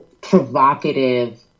provocative